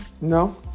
No